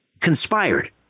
conspired